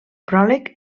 pròleg